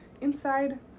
inside